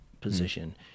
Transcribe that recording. position